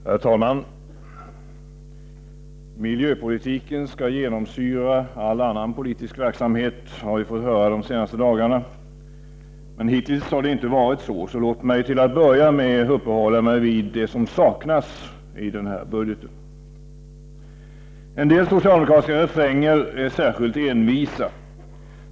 Herr talman! Miljöpolitiken skall genomsyra all annan politisk verksamhet, har vi fått höra de senaste dagarna. Men hittills har det inte varit så. Låt mig därför till att börja med uppehålla mig vid det som saknas i den här budgeten. En del socialdemokratiska refränger är särskilt envisa.